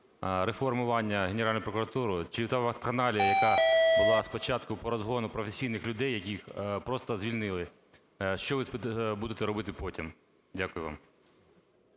реформування Генеральної прокуратури, чи та вакханалія, яка була спочатку по розгону професійних людей, яких просто звільнили? Що ви будете робити потім? Дякую вам.